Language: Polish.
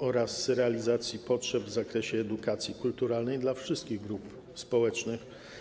a także realizację potrzeb w zakresie edukacji kulturalnej w przypadku wszystkich grup społecznych.